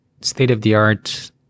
state-of-the-art